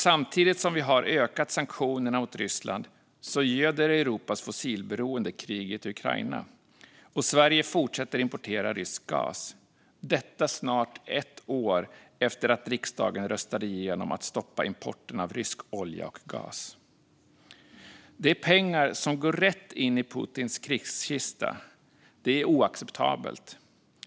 Samtidigt som vi har ökat sanktionerna mot Ryssland göder nämligen Europas fossilberoende kriget i Ukraina, och Sverige fortsätter att importera rysk gas - detta snart ett år efter att riksdagen röstade igenom att stoppa importen av rysk olja och gas. Det är pengar som går rätt in i Putins krigskista. Det är oacceptabelt.